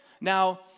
Now